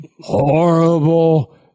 Horrible